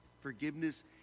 Forgiveness